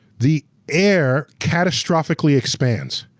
the air catastrophically expands.